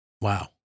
Wow